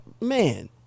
man